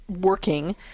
working